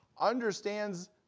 understands